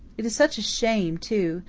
it is such a shame, too.